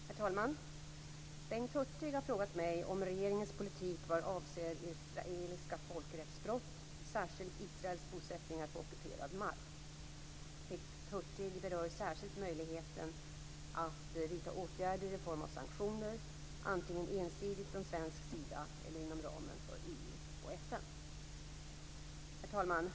Herr talman! Bengt Hurtig har frågat mig om regeringens politik vad avser israeliska folkrättsbrott, särskilt Israels bosättningar på ockuperad mark. Bengt Hurtig berör särskilt möjligheten att vidta åtgärder i form av sanktioner, antingen ensidigt från svensk sida eller inom ramen för EU och FN. Herr talman!